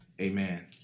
amen